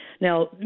Now